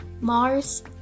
Mars